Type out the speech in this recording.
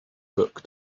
book